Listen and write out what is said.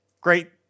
great